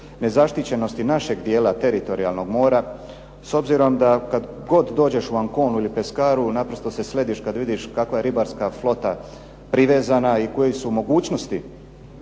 nezaštićenosti našeg dijela teritorijalnog mora s obzirom da kad god dođeš u Anconu ili Pescaru naprosto se slediš kad vidiš kakva je ribarska flota privezana i koje su mogućnosti